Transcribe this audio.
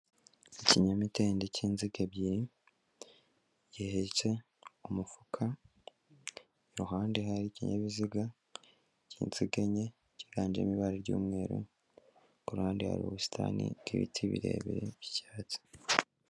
Ikinyamidende cy'inziga ebyiri gihetse umufuka iruhande hari ikinyabiziga cy'iziga enye cyiganjemo ibara ry'umweru, kuruhande hari ubusitani bw'ibiti birebire by'icyatsi